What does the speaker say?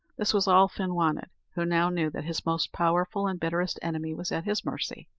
this was all fin wanted, who now knew that his most powerful and bitterest enemy was at his mercy.